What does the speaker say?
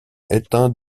éteint